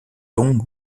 dong